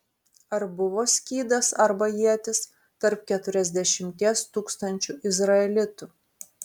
ar buvo skydas arba ietis tarp keturiasdešimties tūkstančių izraelitų